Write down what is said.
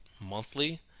monthly